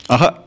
Aha